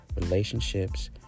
relationships